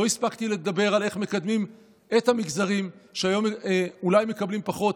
לא הספקתי לדבר על איך מקדמים את המגזרים שהיום אולי מקבלים פחות,